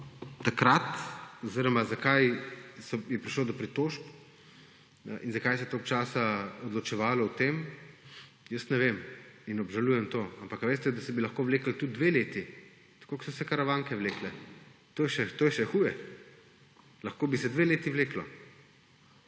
Tako da to, zakaj je prišlo do pritožb in zakaj se je toliko časa odločevalo o tem, ne vem in obžalujem to. Ampak ali veste, da bi se lahko vleklo tudi dve leti, tako kot so se Karavanke vlekle? To je še huje. Lahko bi se dve leti vleklo.